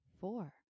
four